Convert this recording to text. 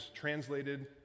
translated